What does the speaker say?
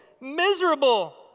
miserable